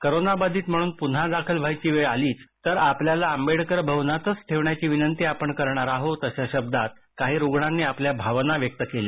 कोरोनाबाधित म्हणून पुन्हा दाखल व्हायची वेळ आलीच तर आपल्याला आंबेडकर भवनातच ठेवण्याची विनंती आपण करणार आहोतअशा शब्दांत काही रुग्णांनी आपल्या भावना व्यक्त केल्या